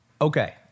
Okay